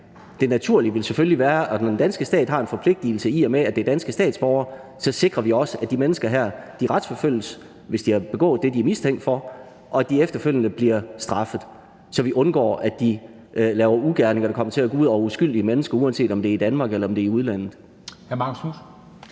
Det naturlige ville selvfølgelig være, at når den danske stat har en forpligtigelse, i og med at det er danske statsborgere, så sikrer vi også, at de her mennesker retsforfølges, hvis de har begået det, de er mistænkt for, og at de efterfølgende bliver straffet, så vi undgår, at de laver ugerninger, der kommer til at gå ud over uskyldige mennesker, uanset om det er i Danmark eller i udlandet.